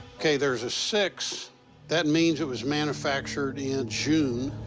okay, there's a six that means it was manufactured in june.